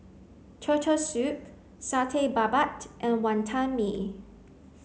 turtle soup Satay Babat and Wantan Mee